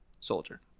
soldier